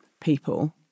people